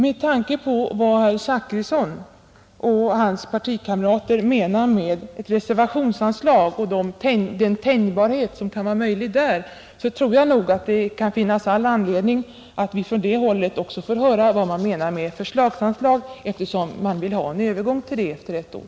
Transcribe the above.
Med tanke på vad herr Zachrisson och hans partikamrater menar med reservationsanslag och den tänjbarhet som kan vara möjlig därvidlag tror jag att det kan vara intressant att vi också får höra vad man på det hållet menar med förslagsanslag, eftersom man vill ha en övergång till det efter ett år.